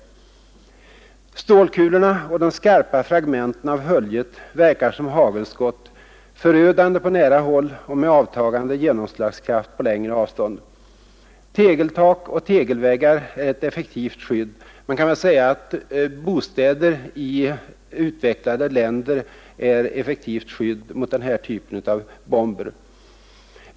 Stålkulorna och de skarpa fragmenten av höljet verkar som hagelskott, förödande på nära håll och med avtagande genomslagskraft på längre avstånd. Tegeltak och tegelväggar är ett effektivt skydd. Man kan väl säga att bostäder i utvecklade länder är effektiva skydd mot den här typen av bomber.